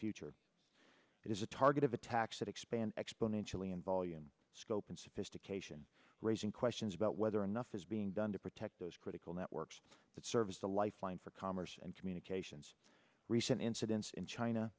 future it is a target of attacks that expand exponentially in volume scope and sophistication raising questions about whether enough is being done to protect those critical networks that serve as a lifeline for commerce and communications recent incidents in china